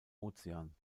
ozean